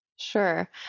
Sure